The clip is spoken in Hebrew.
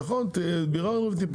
נכון, ביררנו וטיפלנו.